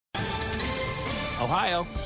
Ohio